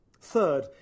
Third